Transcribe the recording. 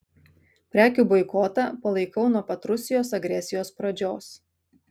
prekių boikotą palaikau nuo pat rusijos agresijos pradžios